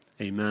amen